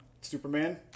Superman